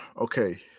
okay